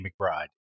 McBride